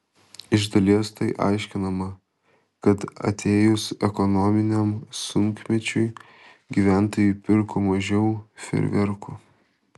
iš dalies tai aiškinama kad atėjus ekonominiam sunkmečiui gyventojai pirko mažiau fejerverkų